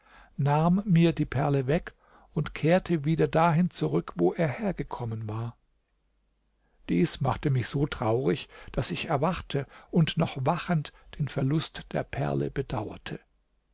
nahm mir die perle weg und kehrte wieder dahin zurück wo er hergekommen war dies machte mich so traurig daß ich erwachte und noch wachend den verlust der perle bedauerte